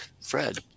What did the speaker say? fred